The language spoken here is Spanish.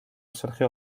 sergio